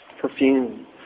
perfume